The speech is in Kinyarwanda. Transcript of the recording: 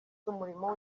z’umurimo